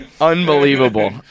Unbelievable